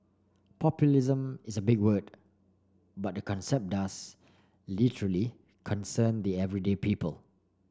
populism is a big word but the concept does literally concern the everyday people